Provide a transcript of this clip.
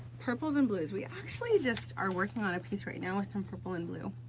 purples and blues, we actually just, are working on a piece right now with some purple and blue.